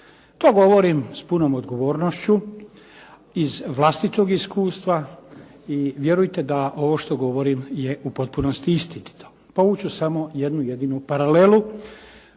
To govorim s punom odgovornošću iz vlastitog iskustva. I vjerujte da ovo što govorim je u potpunosti istinito. Povući ću samo jednu jedinu paralelu.